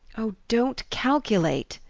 oh, don't calculate,